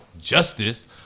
justice